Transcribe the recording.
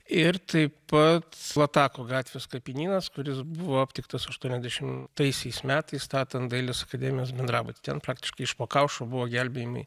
ir taip pat latako gatvės kapinynas kuris buvo aptiktas aštuoniasdešimtaisiais metais statant dailės akademijos bendrabutį ten praktiškai iš po kaušo buvo gelbėjami